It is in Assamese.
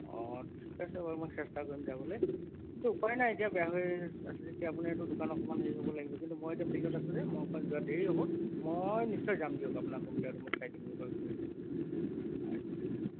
অঁ ঠিক আছে বাৰু মই চেষ্টা কৰিম যাবলৈ এইটো উপায় নাই এতিয়া বেয়া হৈ আছে যেতিয়া আপুনি এইটো দোকান অকণমান হেৰি হ'ব লাগিব কিন্তু মই এতিয়া ফিল্ডত আছোঁ যে মই অকণ যোৱা দেৰি হ'ব মই নিশ্চয় যাম দিয়ক আপোনাৰ কম্পিউটাৰটো মই চাই দিমগৈ বাৰু কি হৈছে আচ্ছা